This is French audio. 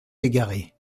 égaré